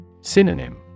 Synonym